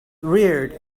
reared